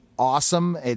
Awesome